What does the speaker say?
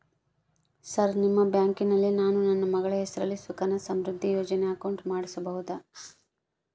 Sir ನಿಮ್ಮ ಬ್ಯಾಂಕಿನಲ್ಲಿ ನಾನು ನನ್ನ ಮಗಳ ಹೆಸರಲ್ಲಿ ಸುಕನ್ಯಾ ಸಮೃದ್ಧಿ ಯೋಜನೆ ಅಕೌಂಟ್ ಮಾಡಿಸಬಹುದಾ?